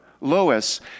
Lois